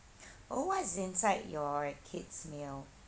oh what's inside your kid's meal